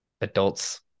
adults